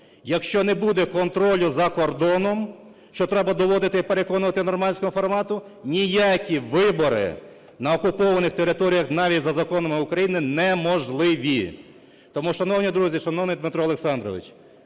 Якщо не буде контролю за кордоном, що треба доводити і переконувати "нормандський формат", ніякі вибори на окупованих територіях навіть за законами України неможливі. Тому, шановні друзі, шановний Дмитро Олександрович,